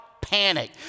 panic